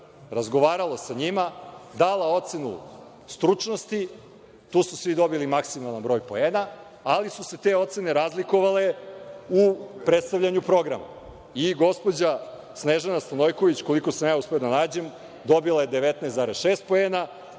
razgovaralo sa njima, dalo ocenu stručnosti. Tu su svi dobili maksimalan broj poena, ali su se te ocene razlikovale u predstavljanju programa. I gospođa Snežana Stanojković, koliko sam ja uspeo da nađem, dobila je 19,6 poena,